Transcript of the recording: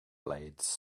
blades